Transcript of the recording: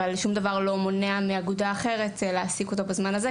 אבל שום דבר לא מונע מאגודה אחרת להעסיק אותו בזמן הזה,